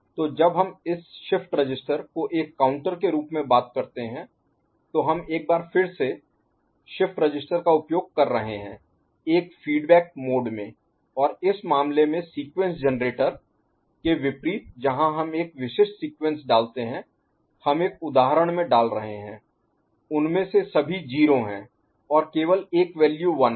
तो जब हम इस शिफ्ट रजिस्टर को एक काउंटर के रूप में बात करते हैं तो हम एक बार फिर से शिफ्ट रजिस्टर का उपयोग कर रहे हैं एक फीडबैक Feedback प्रतिक्रिया मोड में और इस मामले में सीक्वेंस जनरेटर के विपरीत जहां हम एक विशिष्ट सीक्वेंस डालते हैं हम एक उदाहरण में डाल रहे हैं उनमें से सभी 0s हैं और केवल एक वैल्यू 1 है